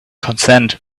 consent